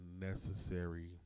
necessary